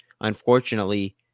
unfortunately